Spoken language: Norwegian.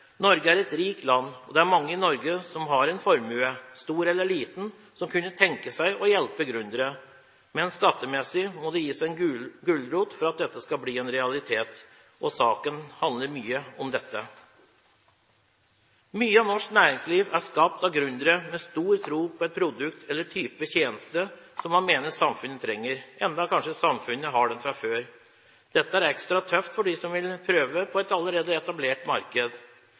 Norge er et rikt land, og det er mange i Norge som har en formue – stor eller liten – som kunne tenke seg å hjelpe gründere, men skattemessig må det gis en gulrot for at dette skal bli en realitet. Og saken handler mye om dette. Mye av norsk næringsliv er skapt av gründere med stor tro på et produkt eller en type tjeneste som man mener samfunnet trenger – enda kanskje samfunnet har dette fra før. Dette er ekstra tøft for dem som vil prøve seg på et allerede etablert marked.